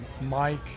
Mike